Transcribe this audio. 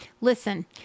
listen